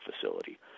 facility